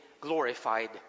glorified